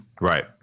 Right